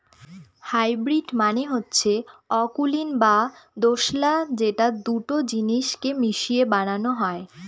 hybrid মানে হচ্ছে অকুলীন বা দোঁশলা যেটা দুটো জিনিস কে মিশিয়ে বানানো হয়